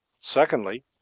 Secondly